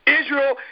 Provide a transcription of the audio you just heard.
Israel